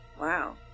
Wow